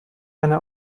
eine